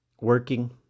working